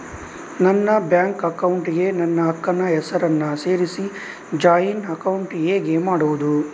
ನನ್ನ bank account ಗೆ ನನ್ನ ಅಕ್ಕ ನ ಹೆಸರನ್ನ ಸೇರಿಸಿ ಜಾಯಿನ್ ಅಕೌಂಟ್ ಹೇಗೆ ಮಾಡುದು?